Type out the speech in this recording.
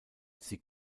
sie